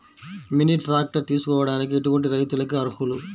Mini tractor తీసుకోవడానికి ఎటువంటి రైతులకి అర్హులు?